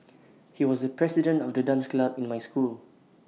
he was the president of the dance club in my school